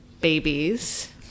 babies